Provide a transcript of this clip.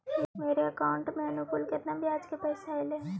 मेरे अकाउंट में अनुकुल केतना बियाज के पैसा अलैयहे?